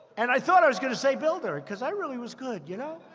and i thought i was going to say builder, because i really was good, you know?